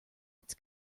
its